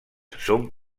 són